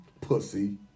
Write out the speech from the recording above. Pussy